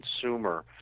consumer